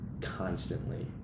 constantly